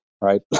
right